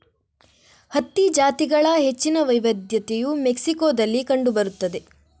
ಹತ್ತಿ ಜಾತಿಗಳ ಹೆಚ್ಚಿನ ವೈವಿಧ್ಯತೆಯು ಮೆಕ್ಸಿಕೋದಲ್ಲಿ ಕಂಡು ಬರುತ್ತದೆ